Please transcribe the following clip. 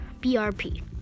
BRP